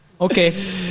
Okay